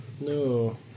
No